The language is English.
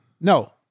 No